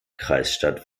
kreisstadt